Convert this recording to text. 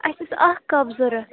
اَسہِ ٲس اَکھ کَپھ ضوٚرَتھ